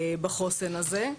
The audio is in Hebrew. בחוסן הזה.